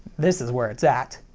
this is where it's at.